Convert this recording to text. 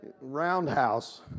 roundhouse